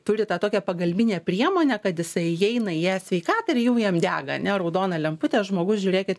turi tą tokią pagalbinę priemonę kad jisai įeina e sveikatą ir jau jam dega ane raudona lemputė žmogus žiūrėkit